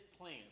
plan